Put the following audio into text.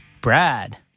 Brad